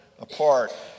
apart